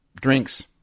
drinks